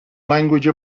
language